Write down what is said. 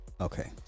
Okay